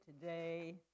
today